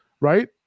right